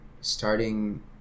starting